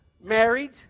married